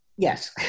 Yes